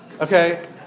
okay